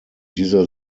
dieser